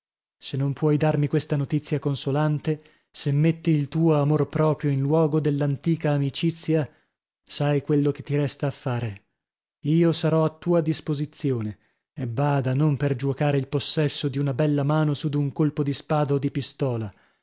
se non puoi darmi questa notizia consolante se metti il tuo amor proprio in luogo dell'antica amicizia sai quello che ti resta a fare io sarò a tua disposizione e bada non per giuocare il possesso di una bella mano su d'un colpo di spada o di pistola